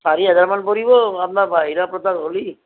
চাৰি হেজাৰমান পৰিব আপ্নাৰ বাহিৰা প্ৰডক্ট হলি